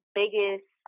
biggest